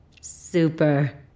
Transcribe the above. Super